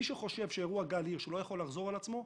מי שחושב שאירוע גל הירש לא יכול לחזור על עצמו,